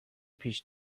پیش